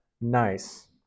nice